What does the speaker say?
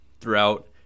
throughout